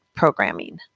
programming